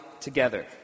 together